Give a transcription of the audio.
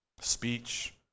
Speech